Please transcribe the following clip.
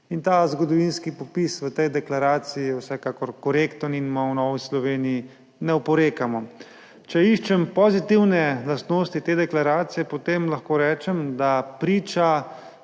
Ta zgodovinski popis v tej deklaraciji je vsekakor korekten in mu v Novi Sloveniji ne oporekamo. Če iščem pozitivne lastnosti te deklaracije, potem lahko rečem, da priča